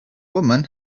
woman